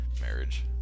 marriage